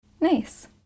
nice